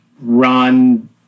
run